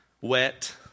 wet